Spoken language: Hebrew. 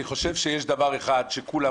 אני חושב שיש דבר אחד שכולם,